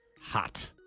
hot